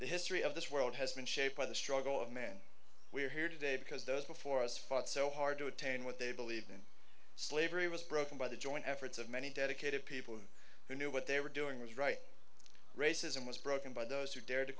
the history of this world has been shaped by the struggle of man we are here today because those before us fought so hard to attain what they believed in slavery was broken by the joint efforts of many dedicated people who knew what they were doing was right racism was broken by those who dared to